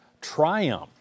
triumph